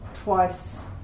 twice